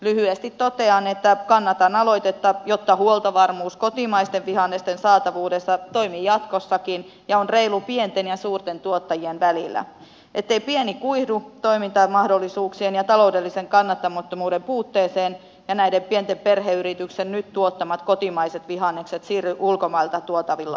lyhyesti totean että kannatan aloitetta jotta huoltovarmuus kotimaisten vihannesten saatavuudessa toimii jatkossakin ja on reilua pienten ja suurten tuottajien välillä ettei pieni kuihdu toimintamahdollisuuksien ja taloudellisen kannattamattomuuden puutteeseen ja etteivät näiden pienten perheyritysten nyt tuottamat kotimaiset vihannekset siirry ulkomailta tuotavilla korvatuiksi